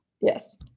Yes